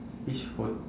which ho~